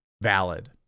valid